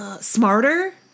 smarter